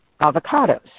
avocados